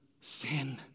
sin